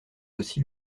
aussi